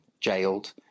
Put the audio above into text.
jailed